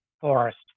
forest